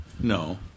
No